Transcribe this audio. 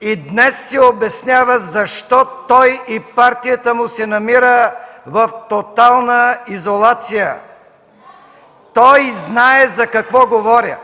и днес си обяснява, защото той и партията му се намират в тотална изолация. Той знае за какво говоря.